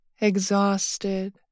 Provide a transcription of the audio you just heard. Exhausted